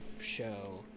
show